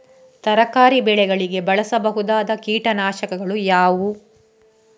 ತರಕಾರಿ ಬೆಳೆಗಳಿಗೆ ಬಳಸಬಹುದಾದ ಕೀಟನಾಶಕಗಳು ಯಾವುವು?